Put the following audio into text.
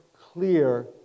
clear